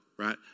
right